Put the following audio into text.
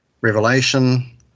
revelation